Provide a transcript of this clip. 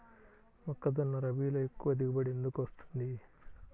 మొక్కజొన్న రబీలో ఎక్కువ దిగుబడి ఎందుకు వస్తుంది?